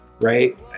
right